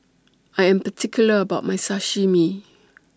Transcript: I Am particular about My Sashimi